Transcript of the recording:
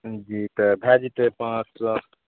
जी तऽ भए जेतय पाँच सात